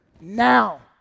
Now